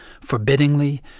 forbiddingly